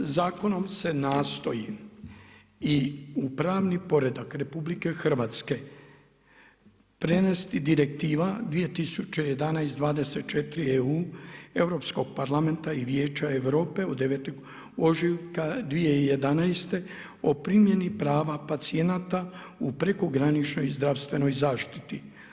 Zakonom se nastoji i u pravni poredak RH prenesti Direktiva 2011/24EU Europskog parlamenta i Vijeća Europe od 9. ožujka 2011. o primjeni prava pacijenata u prekograničnoj i zdravstvenoj zaštiti.